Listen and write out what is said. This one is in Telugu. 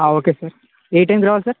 ఓకే సార్ ఏ టైంకి రావాలి సార్